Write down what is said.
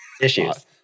Issues